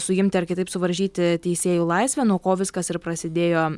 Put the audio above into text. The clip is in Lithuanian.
suimti ar kitaip suvaržyti teisėjų laisvę nuo ko viskas ir prasidėjo